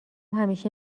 همیشه